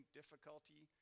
difficulty